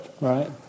Right